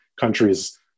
countries